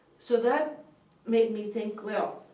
so that made me think, well,